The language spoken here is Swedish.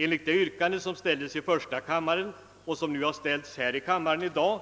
Enligt det yrkande som ställdes i första kammaren när ärendet där behandlades och som nu här ställts i andra kammaren